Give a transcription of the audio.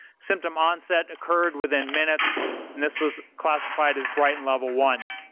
symptom onset occurred within minutes, and this was classified as britain level one.